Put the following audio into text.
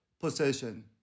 possession